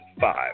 five